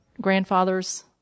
grandfather's